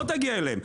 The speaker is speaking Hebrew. לא תגיע אליהם,